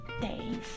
days